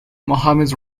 mohammed